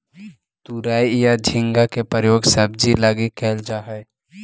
तुरई या झींगा के प्रयोग सब्जी लगी कैल जा हइ